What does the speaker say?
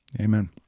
Amen